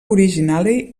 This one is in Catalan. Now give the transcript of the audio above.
originari